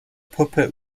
puppet